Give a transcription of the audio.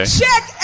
check